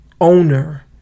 owner